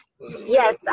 Yes